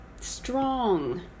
strong